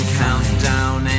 countdown